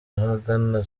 ahagana